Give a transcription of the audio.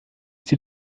die